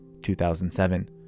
2007